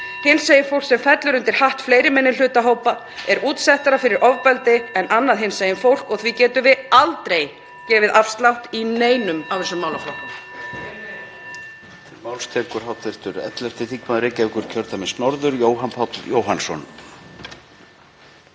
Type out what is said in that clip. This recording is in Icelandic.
Hinsegin fólk sem fellur undir hatt fleiri minnihlutahópa er útsettara (Forseti hringir.) fyrir ofbeldi en annað hinsegin fólk og því getum við aldrei gefið afslátt í neinum af þessum málaflokkum.